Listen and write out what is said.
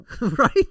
right